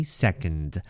second